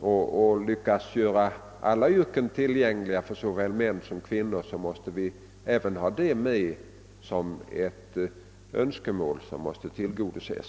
och lyckats göra alla yrken tillgängliga för såväl män som kvinnor måste vi även sätta upp ett gott resultat av denna strävan bland de önskemål som måste tillgodoses.